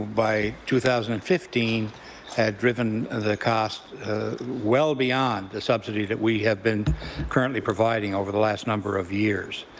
by two thousand and fifteen had driven the cost well beyond the subsidy that we have been currently providing over the last number of years.